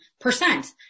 percent